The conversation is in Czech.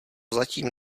zatím